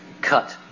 cut